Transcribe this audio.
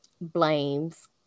Blames